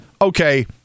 Okay